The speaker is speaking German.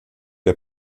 der